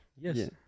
Yes